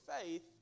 faith